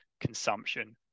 consumption